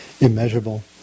immeasurable